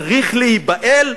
צריך להיבהל?